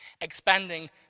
expanding